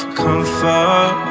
comfort